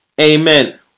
amen